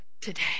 today